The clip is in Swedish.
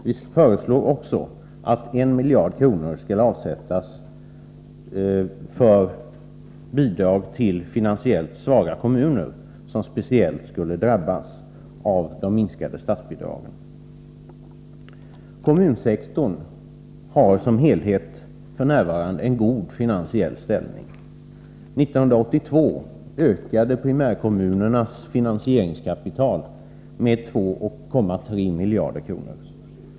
Vi föreslår också att 1 miljard kronor skall avsättas för bidrag till finansiellt svaga kommuner, som speciellt skulle drabbas av de minskade statsbidragen. Kommunsektorn har som helhet f. n. en god finansiell ställning. År 1982 ökade primärkommunernas finansieringskapital med 2,3 miljarder kronor.